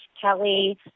Kelly